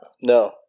No